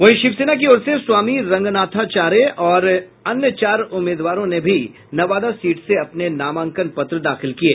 वहीं शिवसेना की ओर से स्वामी रंगनाथाचार्य और अन्य चार उम्मीदवारों ने भी नवादा सीट से अपने नामांकन पत्र दाखिल किये